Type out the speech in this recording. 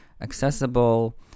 accessible